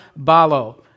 balo